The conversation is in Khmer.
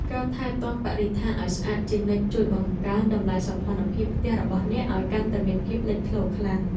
ការថែទាំបរិស្ថានឱ្យស្អាតជានិច្ចជួយបង្កើនតម្លៃសោភ័ណភាពផ្ទះរបស់អ្នកឱ្យកាន់តែមានភាពលេចធ្លោខ្លាំង។